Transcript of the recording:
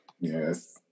Yes